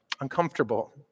uncomfortable